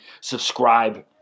subscribe